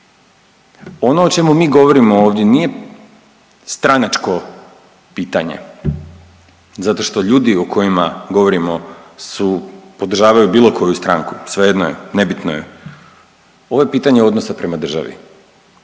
Ono o čemu mi govorimo ovdje nije stranačko pitanje zato što ljudi o kojima govorimo su, podržavaju bilo koju stranku, svejedno je, nebitno je, ovo je pitanje odnosa prema državi.